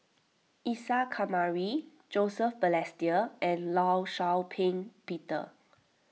Isa Kamari Joseph Balestier and Law Shau Ping Peter